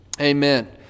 Amen